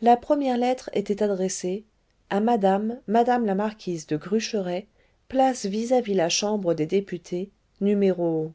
la première lettre était adressée à madame madame la marquise de grucheray place vis-à-vis la chambre des députés no